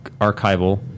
archival